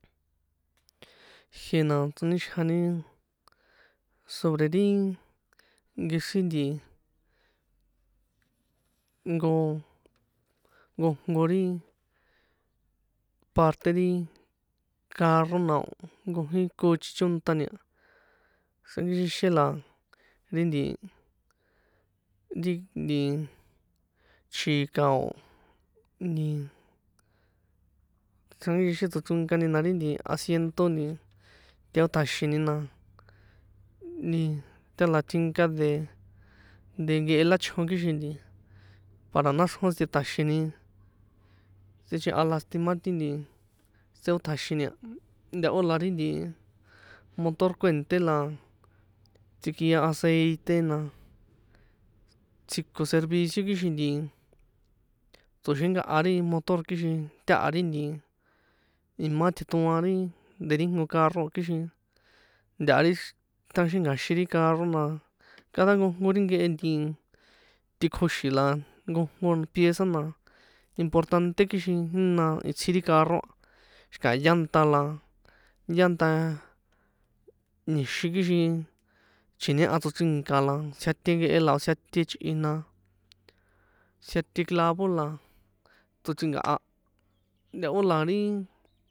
Jie na tsonixjani sobre rí nkexri nti, nko nkojnko ri parte ri carro na o̱ nkojí kochi chónṭani a, xrankixinxen la ri nti, ri nti chika o̱ nti xrankixixen tsochronkani na ri asiento nti teotjaxini na, nti ta la tjinka de, de nkehe lachjo kixin nti para naxrjo sitetaxini sicheha lastimar ti nti tseotjaxini a, ntaho la rí nti motor kuènṭé la tsikia aceite na, tsjiko servicio kixin nti tsoxenkaha ri motor, kixin taha ri nti imá tjeṭoan de ri nko carro a, kixin ntaha ri taxenkaxin ri carro, na cada nkojnko ri nkehe nti tikjoxi̱n la nkojnko pieza na importante kixin jína itsji ri carro a, xi̱ka̱ llanta la llanta ni̱xin, kixin chji̱ñehan tsochrinka la tsiate nkehe la o̱ tsiate chꞌi̱n na tsiate clavo la tsochrinka̱ha, ntahó la ri.